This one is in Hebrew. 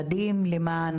קטנה,